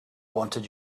wanted